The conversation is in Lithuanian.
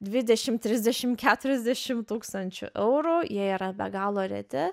dvidešim trisdešim keturiasdešim tūkstančių eurų jie yra be galo reti